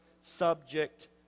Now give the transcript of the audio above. subject